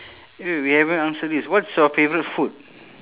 wait we haven't answer this what's your favourite food